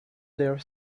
their